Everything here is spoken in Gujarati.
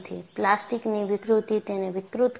પ્લાસ્ટિકની વિકૃતિ તેને વિકૃત કરશે